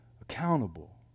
accountable